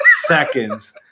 seconds